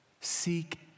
Seek